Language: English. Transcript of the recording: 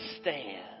stand